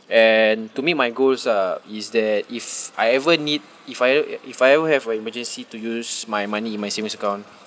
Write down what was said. and to me my goals are is that if I ever need if I e~ if I ever have a emergency to use my money in my savings account